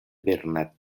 bernat